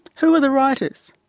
who are the writers?